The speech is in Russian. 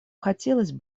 хотелось